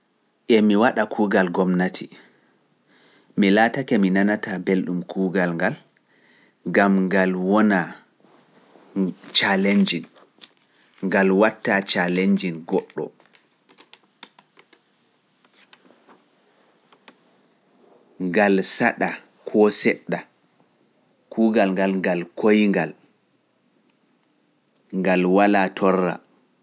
Emi waɗa kuugal gomnati, mi laatake mi nanataa belɗum kuugal ngal, gam ngal wona challenging, ngal wattaa challenginge goɗɗo. Ngal saɗa koo seɗɗa, kuugal ngal ngal koyngal, ngal walaa torra.